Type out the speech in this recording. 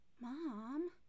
Mom